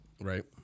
Right